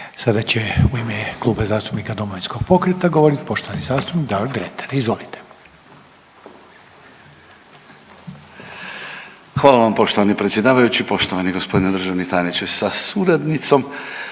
Sada će u ime Kluba zastupnika Domovinskog pokreta govoriti poštovani zastupnik Davor Dretar. Izvolite. **Dretar, Davor (DP)** Hvala vam poštovani predsjedavajući, poštovani gospodine državni tajniče sa suradnicom.